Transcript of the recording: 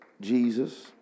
jesus